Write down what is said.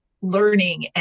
learning